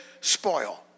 spoil